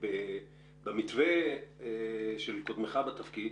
במתווה של קודמת בתפקיד,